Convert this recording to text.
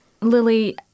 Lily